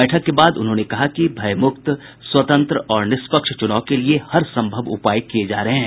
बैठक के बाद उन्होंने कहा कि भयमुक्त स्वतंत्र और निष्पक्ष चुनाव के लिए हरसंभव उपाय किये जा रहे हैं